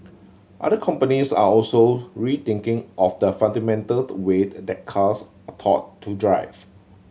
other companies are also rethinking off the fundamental way that cars are taught to drive